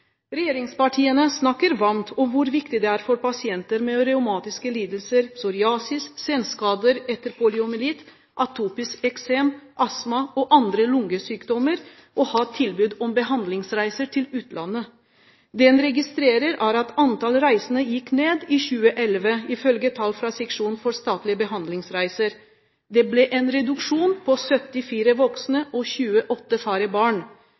Regjeringspartiene snakker varmt om hvor viktig det er for pasienter med revmatiske lidelser, psoriasis, senskader etter poliomyelitt, atopisk eksem, astma og andre lungesykdommer å ha tilbud om behandlingsreiser til utlandet. Det en registrerer, er at antall reisende gikk ned i 2011, ifølge tall fra Seksjon for statlige behandlingsreiser. Det ble en reduksjon på 74 voksne, og det ble 28 færre barn.